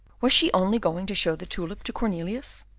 was she only going to show the tulip to cornelius?